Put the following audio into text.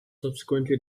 subsequently